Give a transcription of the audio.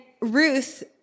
ruth